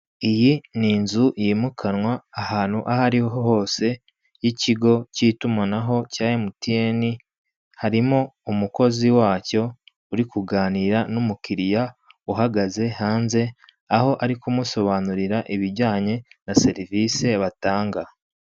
Iyi ni inzu yimukanwa ahantu aho ari ho hose, y'ikigo cy'itumanaho cya emutiyeni, harimo umukozi wacyo uri kuganira n'umukiriya uhagaze hanze, aho ari kumusobanurira ibijyanye na serivise batanga.